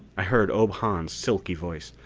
i heard ob hahn's silky voice.